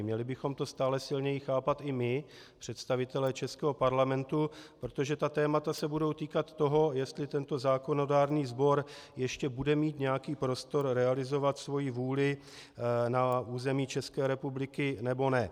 Měli bychom to stále silněji chápat i my, představitelé českého parlamentu, protože tato témata se budou týkat toho, jestli tento zákonodárný sbor ještě bude mít nějaký prostor realizovat svoji vůli na území České republiky, nebo ne.